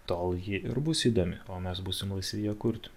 tol ji ir bus įdomi o mes būsim laisvi ją kurt